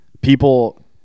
people